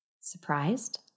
Surprised